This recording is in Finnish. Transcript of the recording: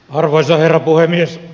arvoisa herra puhemies